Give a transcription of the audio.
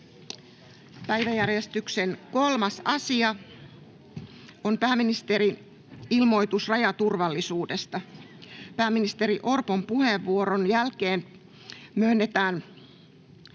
Päiväjärjestyksen 3. asiana on pääministerin ilmoitus rajaturvallisuudesta. Pääministeri Petteri Orpon puheenvuoron jälkeen puhemies